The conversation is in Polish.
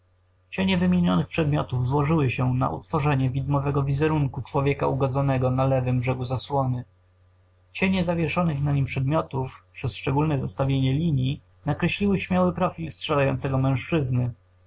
cienie wymienionych przedmiotów złożyły sie na utworzenie widmowego wizerunku człowieka ugodzonego na lewym brzegu zasłony cienie zawieszonych na nim przedmiotów przez szczególne zestawienie linii nakreśliły śmiały profil strzelającego mężczyzny